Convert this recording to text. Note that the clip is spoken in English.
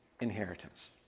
inheritance